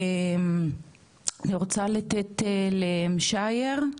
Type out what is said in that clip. אני רוצה לתת למשאייר,